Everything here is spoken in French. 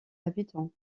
habitants